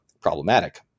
problematic